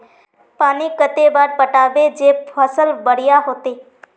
पानी कते बार पटाबे जे फसल बढ़िया होते?